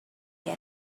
can